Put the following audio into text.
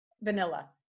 vanilla